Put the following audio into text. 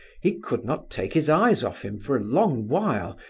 he could not take his eyes off him for a long while,